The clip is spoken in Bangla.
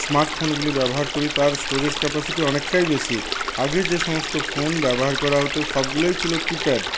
স্মার্টফোনগুলি ব্যবহার করি তার স্টোরেজ ক্যাপাসিটি অনেকটাই বেশি আগে যেসমস্ত ফোন ব্যবহার করা হতো সবগুলোই ছিল কিপ্যাড